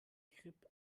grip